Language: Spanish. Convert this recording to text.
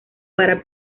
para